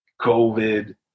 COVID